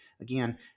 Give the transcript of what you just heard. Again